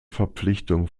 verpflichtung